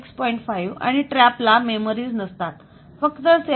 5 आणि TRAP ला memories नसतात फक्त 7